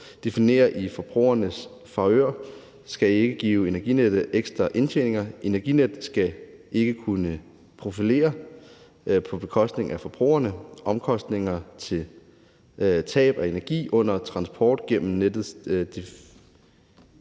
Differencer i forbrugernes favør skal ikke give Energinet ekstra indtjeninger. Energinet skal ikke kunne profitere sig på bekostning af forbrugerne. Omkostninger til tab af energi under transport igennem nettet